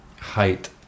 height